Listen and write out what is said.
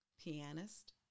pianist